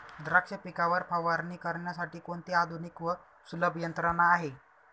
द्राक्ष पिकावर फवारणी करण्यासाठी कोणती आधुनिक व सुलभ यंत्रणा आहे?